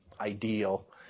ideal